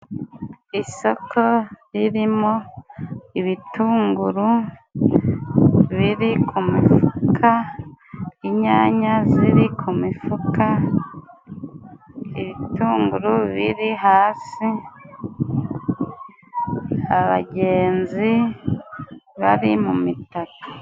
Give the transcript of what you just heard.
Isaka ririmo ibitunguru biri ku mifuka, inyanya ziri ku mifuka, ibitunguru biri hasi abagenzi bari mu mitaka.